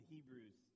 Hebrews